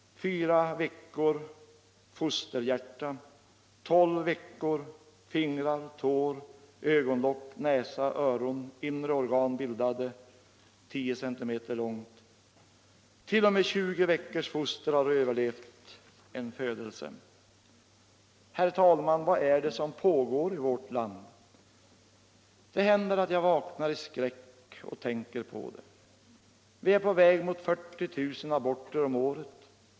Fyra veckor: fosterhjärta. Tolv veckor: fingrar, tår, ögonlock, näsa, öron, inre organ bildade, tio centimeter långt. T.o. m. 20 veckors foster har överlevt en födelse. Herr talman! Vad är det som pågår i vårt land? Det händer att jag vaknar i skräck och tänker på det. Vi är på väg mot 40 000 aborter om året.